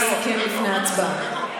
יסכם לפני ההצבעה.